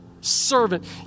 servant